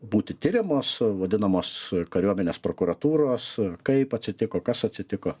būti tiriamos vadinamos kariuomenės prokuratūros kaip atsitiko kas atsitiko